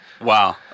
wow